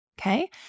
Okay